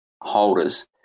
holders